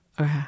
Okay